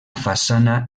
façana